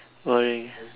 boring